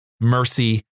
mercy